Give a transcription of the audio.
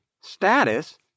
status